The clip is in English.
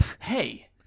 Hey